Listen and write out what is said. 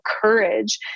courage